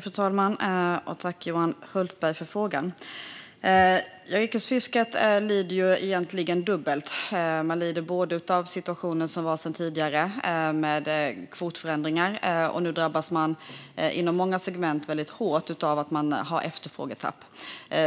Fru talman! Tack för frågan, Johan Hultberg! Ja, yrkesfisket lider egentligen dubbelt - man lider både av situationen som den ser ut sedan tidigare, med kvotförändringar, och nu drabbas man inom många segment väldigt hårt av ett efterfrågetapp.